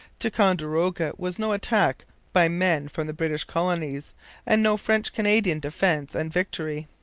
ticonderoga was no attack by men from the british colonies and no french-canadian defence and victory.